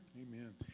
Amen